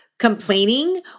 complaining